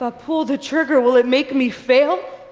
ah pull the trigger, will it make me fail?